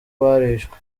barishwe